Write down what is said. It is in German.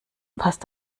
passt